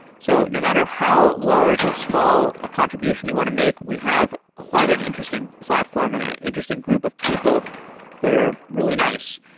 so no matter how large or small a contribution you want to make, we have quite an interesting platform and an ah interesting group of people that are really nice.